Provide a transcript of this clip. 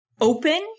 open